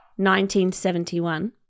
1971